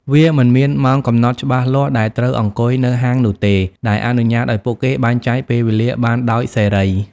វាមិនមានម៉ោងកំណត់ច្បាស់លាស់ដែលត្រូវអង្គុយនៅហាងនោះទេ ដែលអនុញ្ញាតឱ្យពួកគេបែងចែកពេលវេលាបានដោយសេរី។